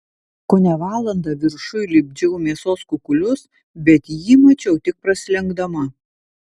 kone valandą viršuj lipdžiau mėsos kukulius bet jį mačiau tik prasilenkdama